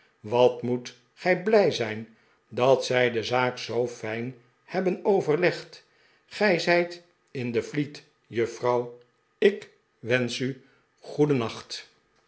wat moet gij blij zijn dat zij de zaak zoo fijn hebben overlegd gij zijt in de fleet juffrouw ik wensch u goedennacht